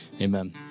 Amen